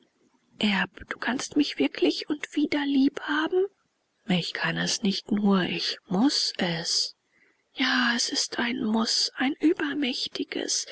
du kannst mich wirklich und wieder lieb haben ich kann es nicht nur ich muß es ja es ist ein muß ein übermächtiges